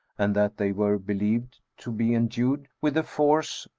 and that they were believed to be endued with the force,